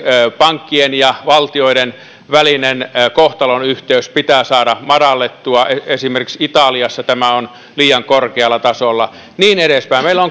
pankkien ja valtioiden välinen kohtalonyhteys pitää saada madallettua esimerkiksi italiassa tämä on liian korkealla tasolla meillä